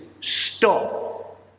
stop